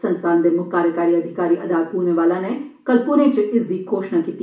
संस्थान दे मुख्य कार्यकारी अधिकारी अदार पूनावाला ने कल प्णे च इसदी घोषणा कीती